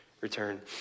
return